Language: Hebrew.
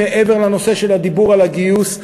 מעבר לנושא של הדיבור על הגיוס,